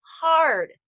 hard